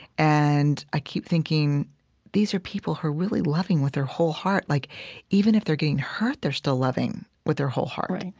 and i keep thinking these are people who are really loving with their whole heart, like even if they're getting hurt, they're still loving with their whole heart